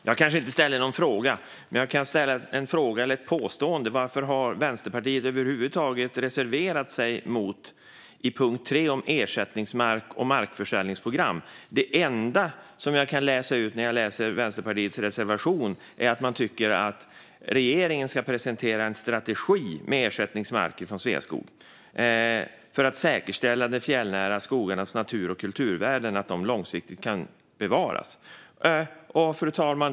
Jag kanske inte ställde någon fråga, men jag gör det nu: Varför har Vänsterpartiet över huvud taget reserverat sig under punkt 3 om ersättningsmark och markförsäljningsprogram? Det enda som jag kan läsa ut i Vänsterpartiets reservation är att man tycker att regeringen ska presentera en strategi med ersättningsmark från Sveaskog för att säkerställa att de fjällnära skogarnas natur och kulturvärden långsiktigt kan bevaras. Fru talman!